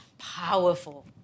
powerful